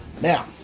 now